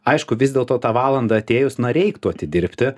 aišku vis dėlto tą valandą atėjus na reiktų atidirbti